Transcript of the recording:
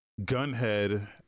Gunhead